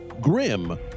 grim